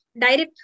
direct